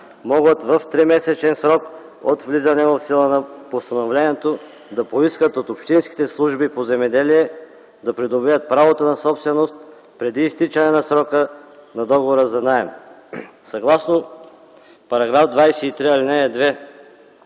могат в тримесечен срок от влизане в сила на постановлението, да поискат от общинските служби по земеделие да придобият правото на собственост преди изтичане на срока на договора за наем. Съгласно § 23, ал. 2